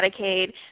medicaid